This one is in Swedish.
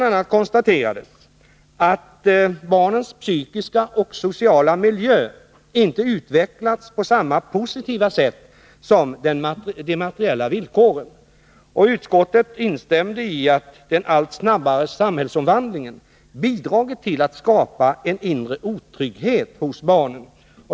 a. konstaterades att barnens psykiska och sociala miljö inte utvecklats på samma positiva sätt som de materiella villkoren. Utskottet instämde i att den allt snabbare samhällsomvandlingen bidragit till att skapa en inre otrygghet hos barnen.